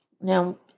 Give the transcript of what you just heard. Now